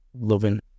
loving